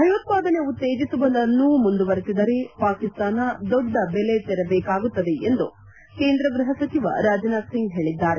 ಭಯೋತ್ಪಾದನೆ ಉತ್ತೇಜಿಸುವುದನ್ನು ಮುಂದುವರಿಸಿದರೆ ಪಾಕಿಸ್ತಾನ ದೊಡ್ಡ ಬೆಲೆ ತೆರಬೇಕಾಗುತ್ತದೆ ಎಂದು ಕೇಂದ್ರ ಗ್ಬಪ ಸಚಿವ ರಾಜನಾಥ್ ಸಿಂಗ್ ಹೇಳಿದ್ದಾರೆ